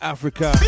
Africa